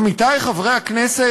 עמיתי חברי הכנסת,